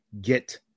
get